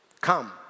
come